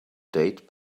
date